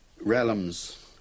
realms